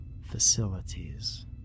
facilities